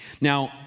Now